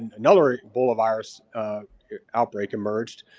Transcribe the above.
and another ebola virus outbreak emerged.